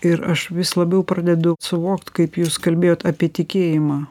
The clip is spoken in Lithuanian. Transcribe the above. ir aš vis labiau pradedu suvokt kaip jūs kalbėjot apie tikėjimą